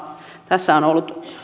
tässä on on